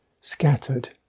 scattered